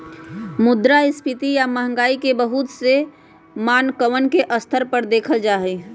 मुद्रास्फीती या महंगाई के बहुत से मानकवन के स्तर पर देखल जाहई